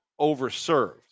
overserved